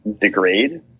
degrade